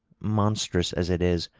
monstrous as it is,